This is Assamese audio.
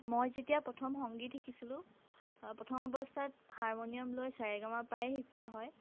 মই যেতিয়া প্ৰথম সংগীত শিকিছিলো প্ৰথম অৱস্থাত হাৰমণিয়াম লৈ চা ৰে গা মা পাই শিকোঁৱা হয়